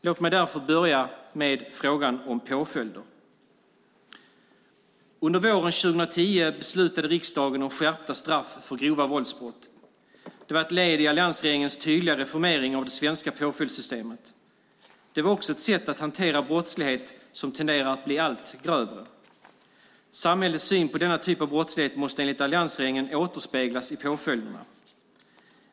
Låt mig börja med frågan om påföljder. Under våren 2010 beslutade riksdagen om skärpta straff för grova våldsbrott. Det var ett led i alliansregeringens tydliga reformering av det svenska påföljdssystemet. Det var också ett sätt att hantera brottslighet som tenderar att bli allt grövre. Samhällets syn på denna typ av brottslighet måste enligt Alliansregeringen återspeglas i påföljderna.